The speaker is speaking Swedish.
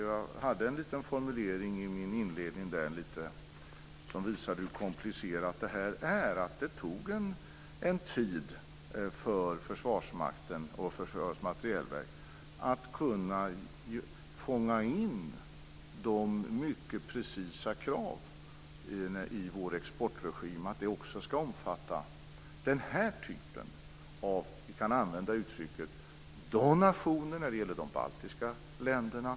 Jag hade en formulering i min inledning som visade hur komplicerat detta är. Det tog en tid för Försvarsmakten och Försvarets materielverk att fånga in de mycket precisa kraven i vår exportregim. De ska också omfatta denna typ av donationer - ett uttryck vi kan använda när det gäller de baltiska länderna.